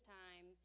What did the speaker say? time